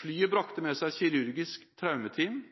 Flyet brakte med seg kirurgiske traumeteam,